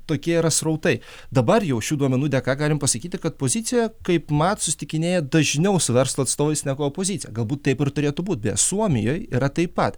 tokie yra srautai dabar jau šių duomenų dėka galim pasakyti kad pozicija kaip mat susitikinėja dažniau su verslo atstovais negu opozicija galbūt taip ir turėtų būti beje suomijoj yra taip pat